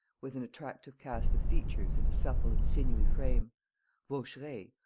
with an attractive cast of features and a supple and sinewy frame vaucheray,